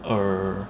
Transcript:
err